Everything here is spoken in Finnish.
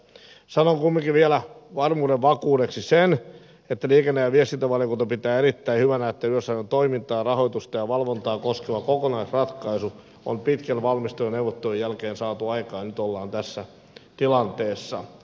sanon kumminkin vielä varmuuden vakuudeksi sen että liikenne ja viestintävaliokunta pitää erittäin hyvänä että yleisradion toimintaa rahoitusta ja valvontaa koskeva kokonaisratkaisu on pitkän valmistelun ja neuvottelujen jälkeen saatu aikaan ja nyt ollaan tässä tilanteessa